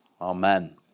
Amen